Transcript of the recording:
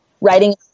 writing